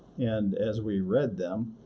and as we read them,